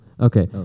Okay